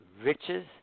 Riches